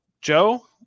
joe